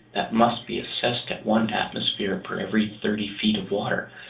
that must be assessed at one atmosphere per every thirty feet of water,